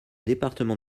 département